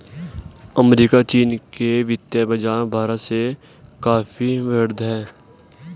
America चीन के वित्तीय बाज़ार भारत से काफी वृहद हैं